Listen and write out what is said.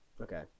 Okay